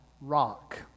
rock